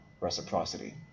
reciprocity